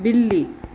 بلی